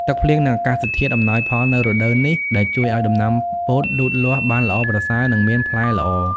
ទឹកភ្លៀង និងអាកាសធាតុអំណោយផលនៅរដូវនេះ ដែលជួយឱ្យដំណាំពោតលូតលាស់បានល្អប្រសើរ និងមានផ្លែល្អ។